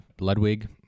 Ludwig